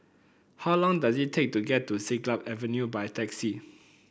how long does it take to get to Siglap Avenue by taxi